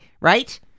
right